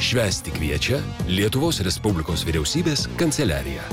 švęsti kviečia lietuvos respublikos vyriausybės kanceliarija